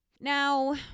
Now